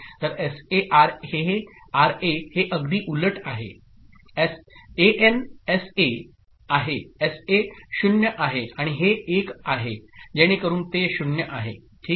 तर S A R A हे अगदी उलट आहे एएन एसए आहे एसए 0 आहे आणि हे 1 आहे जेणेकरून ते 0 आहे ठीक